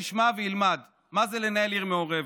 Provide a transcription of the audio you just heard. ישמע וילמד מה זה לנהל עיר מעורבת.